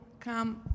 come